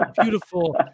beautiful